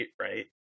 right